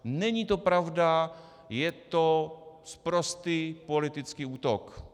Není to pravda, je to sprostý politický útok.